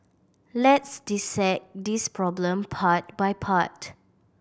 let's dissect this problem part by part